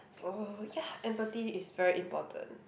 so ya empathy is very important